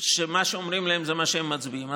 שמה שאומרים להם זה מה שמצביעים,